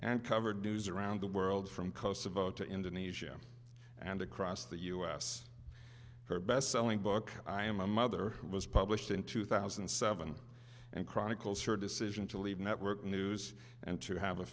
and covered news around the world from kosovo to indonesia and across the u s her bestselling book i am a mother was published in two thousand and seven and chronicles her decision to leave network news and to have a